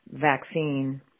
vaccine